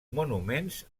monuments